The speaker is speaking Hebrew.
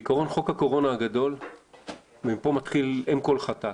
בעיקרון חוק הקורונה הגדול מפה מתחיל כל אם חטאת